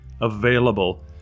available